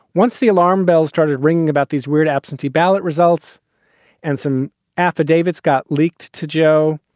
once the alarm bells started ringing about these weird absentee ballot results and some affidavits got leaked to joe.